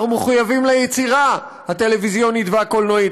אנחנו מחויבים ליצירה הטלוויזיונית והקולנועית,